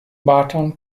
barton